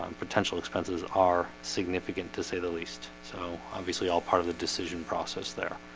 um potential expenses are significant to say the least. so obviously all part of the decision process there